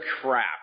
crap